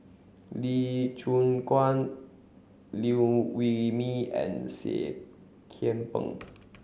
Lee Choon Guan Liew Wee Mee and Seah Kian Peng